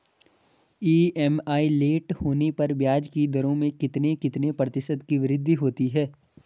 EMI late होने पर ब्याज की दरों में कितने कितने प्रतिशत की वृद्धि होती है?